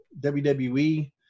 WWE